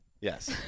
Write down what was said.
Yes